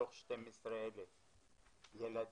מתוך 12 אלף ילדים,